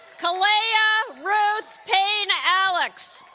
kalaya ruth payne-alex